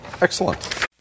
Excellent